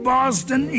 Boston